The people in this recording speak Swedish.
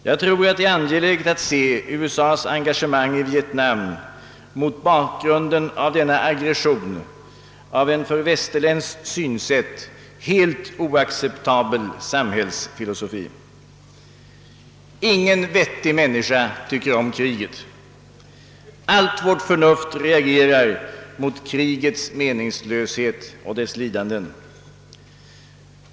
Jag tror att det är angeläget att se USA:s engagemang i Vietnam mot bakgrunden av denna aggression och en för västerländskt synsätt helt oacceptabel samhällsfilosofi. Ingen vettig människa tycker om kriget. Allt vårt förnuft reagerar mot krigets meningslöshet och dess lidanden.